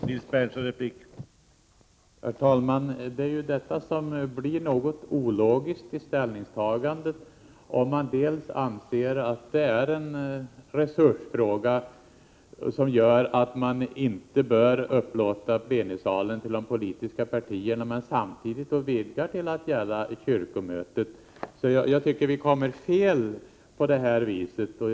Herr talman! Det blir ett något ologiskt ställningstagande, om man dels anser att detta är en resursfråga som gör att man inte bör upplåta plenisalen till de politiska partierna, dels samtidigt vidgar det hela till att gälla även kyrkomötet. Jag tycker att ni på det viset hamnar fel.